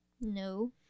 no